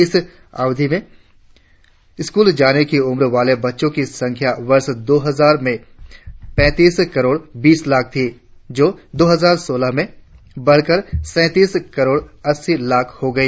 इस अवधि में स्कूल जाने की उम्र वाले बच्चों की संख्या वर्ष दो हजार में पैतीस करोड़ बीस लाख थी जो दो हजार सोलह में बढ़कर सैतीस करोड़ अस्सी लाख़ हो गई